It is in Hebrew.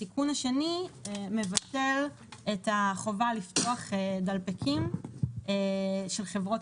התיקון השני מבטל את החובה לפתוח דלפקים של חברות